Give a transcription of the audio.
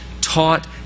taught